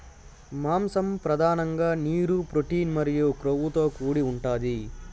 మాంసం పధానంగా నీరు, ప్రోటీన్ మరియు కొవ్వుతో కూడి ఉంటాది